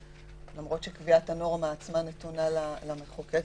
למרות שקביעת הנורמה עצמה נתונה למחוקק.